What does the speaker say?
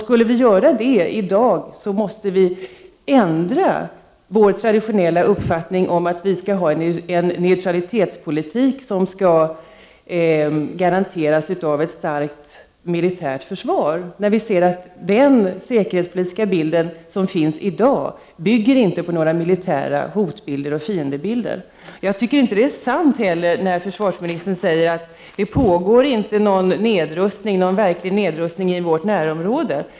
Skulle vi göra det i dag, måste vi ändra vår traditionella uppfattning om att Sverige skall föra en neutralitetspolitik som garanteras av ett starkt militärt försvar. Vi ser att den säkerhetspolitiska bild som gäller i dag inte bygger på några militära hot och fiendebilder. Jag tycker inte att det är sant när försvarsministern säger att det inte pågår någon verklig nedrustning i vårt närområde.